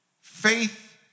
faith